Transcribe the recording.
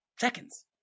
seconds